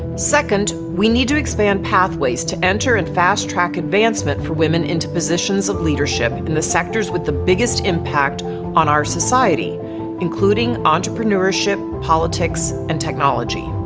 second we need to expand pathways to enter and fast track advancement for women into positions of leadership in the sectors with the biggest impact on our society including entrepreneurship politics and technology.